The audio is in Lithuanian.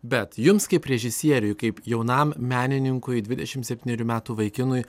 bet jums kaip režisieriui kaip jaunam menininkui dvidešim septynerių metų vaikinui